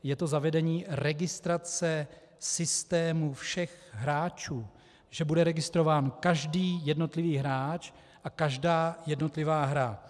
Je to zavedení registrace systému všech hráčů, že bude registrován každý jednotlivý hráč a každá jednotlivá hra.